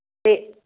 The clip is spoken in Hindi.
ठी